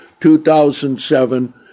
2007